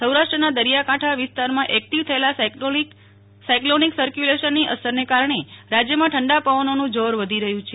સૌરાષ્ટ્રના દરિયાકાંઠા વિસ્તારમાં એક્ટિવ થયેલા સાયક્લોનિક સરક્યુલેશનની અસરને કારણે રાજ્યમાં ઠંડા પવનોનું જોર વધી રહ્યું છે